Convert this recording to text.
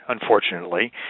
unfortunately